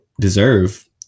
deserve